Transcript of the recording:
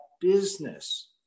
business